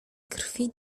krwi